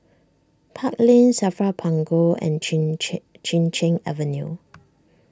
Park Lane Safra Punggol and Chin Chin Cheng Avenue